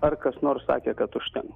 ar kas nors sakė kad užtenka